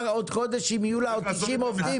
עוד חודש אם יהיו לה עוד 90 עובדים?